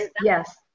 yes